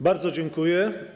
Bardzo dziękuję.